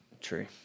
True